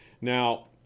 Now